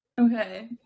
Okay